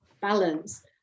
Balance